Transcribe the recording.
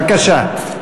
בבקשה.